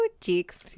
cheeks